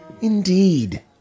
Indeed